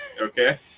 okay